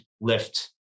lift